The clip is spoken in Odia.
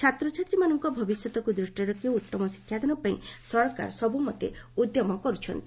ଛାତ୍ରଛାତ୍ରୀଙ୍କ ଭବିଷ୍ୟତକୁ ଦୃଷ୍ଟିରେ ରଖି ଉତ୍ତମ ଶିକ୍ଷାଦାନ ପାଇଁ ସରକାର ସବୁମତେ ଉଦ୍ୟମ କରୁଛନ୍ତି